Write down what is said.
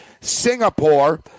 Singapore